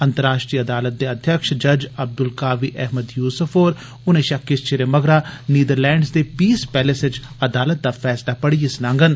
अंतर्राष्ट्र अदालत दे अध्यक्ष जज अब्दुलकावी अहमद युसुफ होर हूनै षा किष चिरै मगरा नींदरलैंड्स दे पीस पैलेस च अदालत दा फैसला पढ़ियै सनाङन